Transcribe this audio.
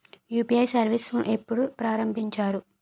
UPI service ఎప్పుడు ప్రారంభించారు?